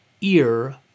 ear